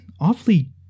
awfully